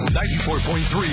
94.3